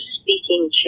speaking